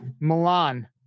Milan